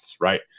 right